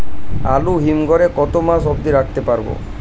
আলু হিম ঘরে কতো মাস অব্দি রাখতে পারবো?